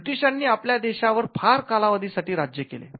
ब्रिटिशांनी आपल्या देशावर फार कालावधीसाठी राज्य केले